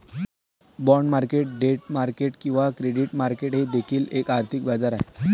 bond market debt market किंवा credit market हे देखील एक आर्थिक बाजार आहे